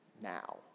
now